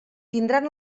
tindran